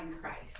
Christ